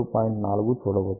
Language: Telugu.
4 చూడవచ్చు